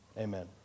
amen